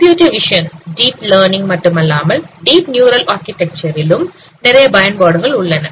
computer vision deep learning மட்டுமல்லாமல் deep neural architecture லும் நிறைய பயன்பாடுகள் உள்ளன